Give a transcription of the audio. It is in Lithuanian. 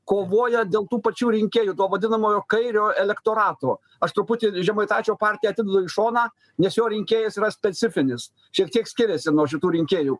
kovoja dėl tų pačių rinkėjų to vadinamojo kairio elektorato aš truputį žemaitaičio partiją atidedu į šoną nes jo rinkėjas yra specifinis šiek tiek skiriasi nuo šitų rinkėjų